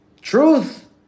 Truth